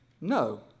no